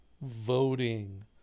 voting